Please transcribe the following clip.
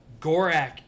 Gorak